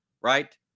right